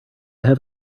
have